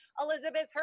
Elizabeth